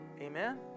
Amen